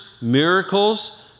miracles